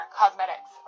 cosmetics